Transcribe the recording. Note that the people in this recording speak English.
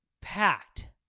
packed